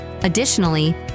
Additionally